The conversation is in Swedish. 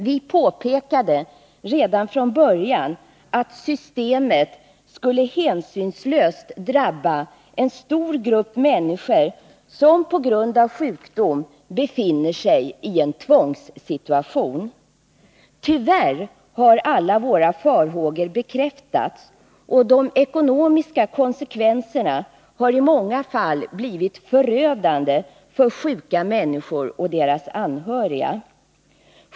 Vi påpekade redan från början att systemet skulle hänsynslöst drabba en stor grupp människor som på grund av sjukdom befinner sig i en tvångssituation. Tyvärr har alla våra farhågor bekräftats, och de ekonomiska konsekvenserna har i många fall blivit förödande för sjuka människor och deras anhöriga.